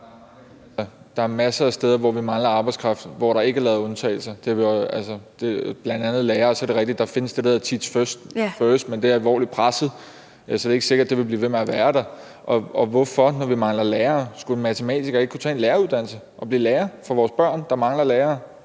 ... der er masser af steder, hvor vi mangler arbejdskraft, og hvor der ikke er lavet undtagelser – bl.a. i forhold til lærere. Så er det rigtigt, at der findes det, der hedder Teach First, men det er alvorligt presset, så det er ikke sikkert, det vil blive ved med at være der. Og hvorfor, når vi mangler lærere, skulle en matematiker ikke kunne tage en læreruddannelse og blive lærer for vores børn, når der mangler lærere?